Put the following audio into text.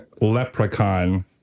leprechaun